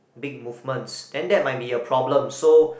big movements then that might be problem so